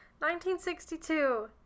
1962